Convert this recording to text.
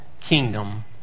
kingdom